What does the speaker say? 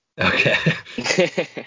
Okay